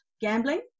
gambling